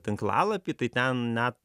tinklalapy tai ten net